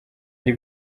ari